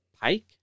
pike